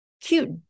cute